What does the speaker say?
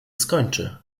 skończy